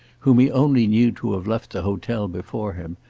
whom he only knew to have left the hotel before him,